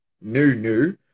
new-new